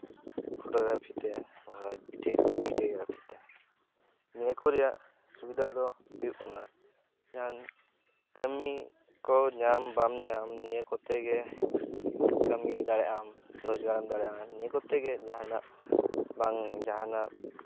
photography ᱛᱮ ᱵᱷᱟᱭ videography ᱛᱮ ᱱᱤᱭᱟᱹ ᱠᱚ ᱨᱮᱭᱟᱜ ᱥᱩᱵᱤᱫᱟ ᱫᱚ ᱦᱩᱭᱩᱜ ᱠᱟᱱᱟ ᱡᱟᱦᱟᱱ ᱠᱟᱹᱢᱤ ᱠᱚᱢ ᱧᱟᱢ ᱵᱟᱢ ᱧᱟᱢ ᱱᱤᱭᱟ ᱹ ᱠᱚᱛᱮ ᱜᱮ ᱠᱟᱹᱢᱤ ᱫᱟᱲᱮᱭᱟᱜᱼᱟᱢ ᱨᱳᱡᱽᱜᱟᱨ ᱫᱟᱲᱮᱭᱟᱜᱼᱟᱢ ᱱᱤᱭᱟᱹ ᱠᱚᱛᱮ ᱜᱮ ᱡᱟᱦᱟᱱᱟᱜ ᱵᱟᱝ ᱡᱟᱦᱟᱱᱟᱜ